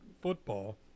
football